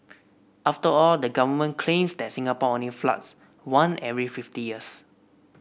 after all the government claims that Singapore only floods one every fifty years